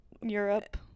Europe